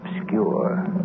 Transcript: obscure